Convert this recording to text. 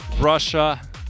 Russia